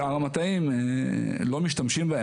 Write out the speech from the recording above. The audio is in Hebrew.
שאר המטעים, לא משתמשים בהם.